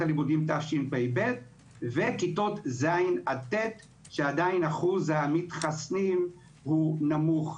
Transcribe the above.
הלימודים תשפ"ב וכיתות ז'-ט' שעדיין אחוז המתחסנים הוא נמוך,